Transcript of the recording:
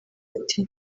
ati